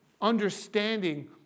understanding